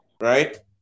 Right